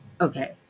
okay